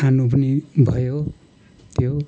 खानु पनि भयो त्यो